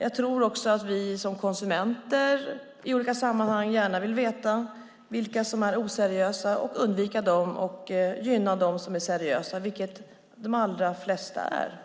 Jag tror också att vi som konsumenter i olika sammanhang vill veta vilka som är oseriösa och undvika dem och gynna dem som är seriösa, vilket ju de allra flesta är.